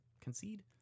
Concede